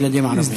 ילדים ערבים.